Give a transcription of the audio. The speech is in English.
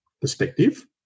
perspective